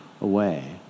away